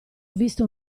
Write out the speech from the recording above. visto